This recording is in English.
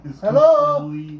Hello